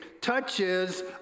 touches